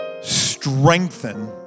strengthen